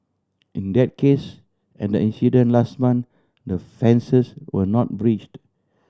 in that case and the incident last month the fences were not breached